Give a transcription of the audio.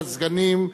לסגנים,